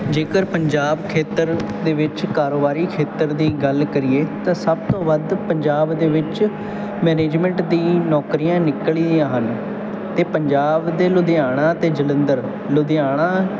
ਜੇਕਰ ਪੰਜਾਬ ਖੇਤਰ ਦੇ ਵਿੱਚ ਕਾਰੋਬਾਰੀ ਖੇਤਰ ਦੀ ਗੱਲ ਕਰੀਏ ਤਾਂ ਸਭ ਤੋਂ ਵੱਧ ਪੰਜਾਬ ਦੇ ਵਿੱਚ ਮੈਨੇਜਮੈਂਟ ਦੀ ਨੌਕਰੀਆਂ ਨਿਕਲੀਆਂ ਹਨ ਅਤੇ ਪੰਜਾਬ ਦੇ ਲੁਧਿਆਣਾ ਅਤੇ ਜਲੰਧਰ ਲੁਧਿਆਣਾ